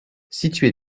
situé